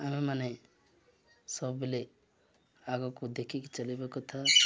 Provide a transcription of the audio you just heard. ଆମେମାନେ ସବୁବେଲେ ଆଗକୁ ଦେଖିକି ଚଲେଇବା କଥା